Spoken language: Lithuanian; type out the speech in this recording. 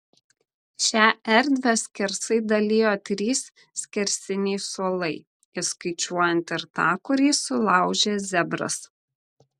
šią erdvę skersai dalijo trys skersiniai suolai įskaičiuojant ir tą kurį sulaužė zebras